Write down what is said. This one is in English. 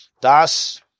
Das